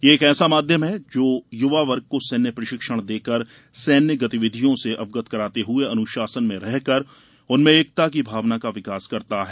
यह एक ऐसा माध्यम है जो युवा वर्ग को सैन्य प्रशिक्षण देकर सैन्य गतिविधियों से अवगत कराते हुए अनुशासन में रहकर उनमें एकता की भावना का विकास करता है